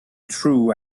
true